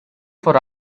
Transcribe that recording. for